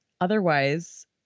otherwise